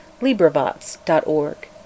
LibriVox.org